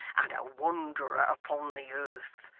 and a wanderer upon the earth.